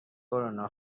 کرونا